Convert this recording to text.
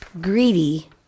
greedy